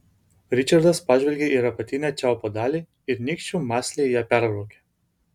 ričardas pažvelgė į apatinę čiaupo dalį ir nykščiu mąsliai ją perbraukė